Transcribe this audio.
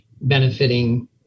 benefiting